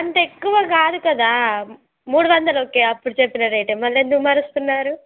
అంత ఎక్కువ కాదు కదా మూడు వందలు ఓకే అప్పుడు చెప్పిన రేటే మళ్ళీ ఎందుకు మారుస్తున్నారూ